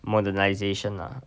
modernisation lah